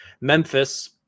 Memphis